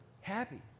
happy